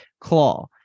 claw